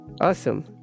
awesome